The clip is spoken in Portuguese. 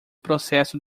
processo